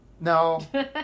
no